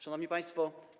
Szanowni Państwo!